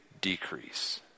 decrease